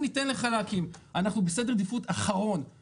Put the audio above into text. ניתן לך להקים.." אנחנו בסדר העדיפות האחרון.